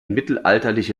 mittelalterliche